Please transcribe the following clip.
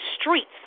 streets